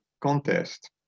contest